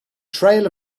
trail